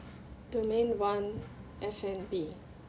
domain one F&B